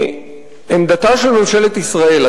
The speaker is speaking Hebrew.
עמדתה של ממשלת ישראל,